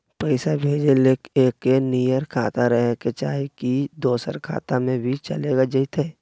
पैसा भेजे ले एके नियर खाता रहे के चाही की दोसर खाता में भी चलेगा जयते?